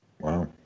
Wow